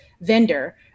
vendor